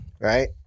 Right